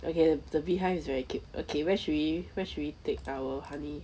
okay the behind is very cute okay where should we where should we take our honey